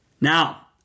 Now